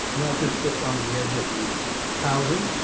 that just fits on to the edge of the housing.